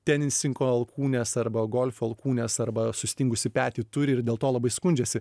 tenisininko alkūnes arba golfo alkūnes arba sustingusį petį turi ir dėl to labai skundžiasi